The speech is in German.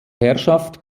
herrschaft